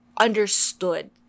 understood